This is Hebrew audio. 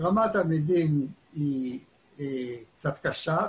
רמת תלמידים היא קצת קשה,